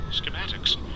schematics